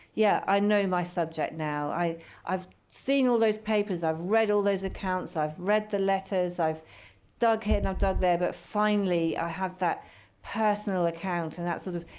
yeah, i know my subject now. i've seen all those papers. i've read all those accounts. i've read the letters. i've dug here, and i've dug there. but finally, i have that personal account. and that sort of,